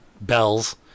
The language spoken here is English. bells